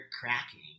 cracking